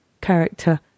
character